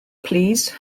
plîs